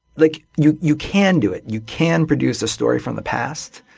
like you you can do it. you can produce a story from the past,